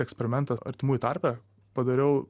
eksperimentą artimųjų tarpe padariau